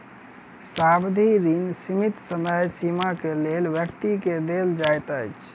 सावधि ऋण सीमित समय सीमा के लेल व्यक्ति के देल जाइत अछि